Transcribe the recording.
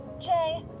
jay